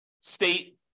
state